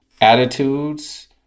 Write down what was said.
attitudes